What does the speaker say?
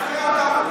עכשיו,